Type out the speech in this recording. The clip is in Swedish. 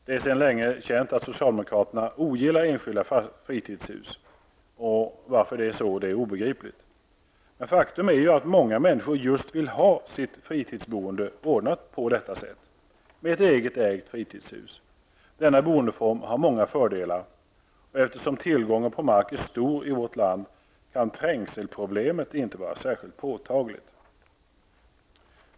Det är sedan länge känt att socialdemokraterna ogillar enskilda fritidshus. Varför det är så är obegripligt. Men faktum är att många människor just vill ha sitt fritidsboende ordnat på detta sätt, med ett eget ägt fritidshus. Denna boendeform har många fördelar, och eftersom tillgången på mark är stor i vårt land kan trängselproblemet inte vara särskilt påtagligt.